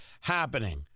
happening